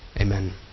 Amen